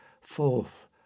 forth